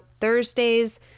Thursdays